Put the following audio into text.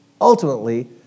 Ultimately